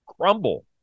crumble